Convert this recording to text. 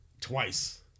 twice